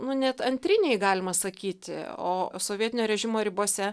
nu net antriniai galima sakyti o sovietinio režimo ribose